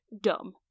dumb